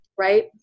right